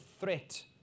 threat